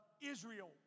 Israel